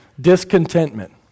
discontentment